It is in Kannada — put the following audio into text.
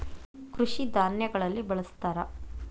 ಕೃಷಿ ಧಾನ್ಯಗಳಲ್ಲಿ ಬಳ್ಸತಾರ